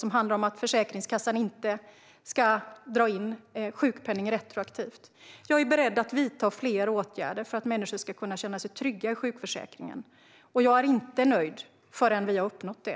Den handlar om att Försäkringskassan inte ska dra in sjukpenning retroaktivt. Jag är beredd att vidta fler åtgärder för att människor ska kunna känna sig trygga i sjukförsäkringen. Och jag är inte nöjd förrän vi har uppnått det.